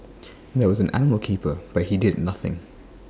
and there was an animal keeper but he did nothing